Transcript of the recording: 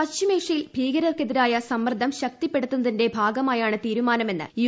പശ്ചിമേഷ്യയിൽ ഭീകരർക്കെതിരായ സമ്മർദ്ദം ശക്തിപ്പെടുത്തുന്നതിന്റെ ഭാഗമായാണ് തീരുമാനമെന്ന് യു